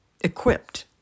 equipped